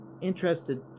interested